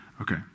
Okay